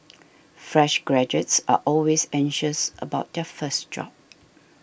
fresh graduates are always anxious about their first job